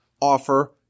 offer